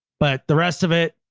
but the rest of it,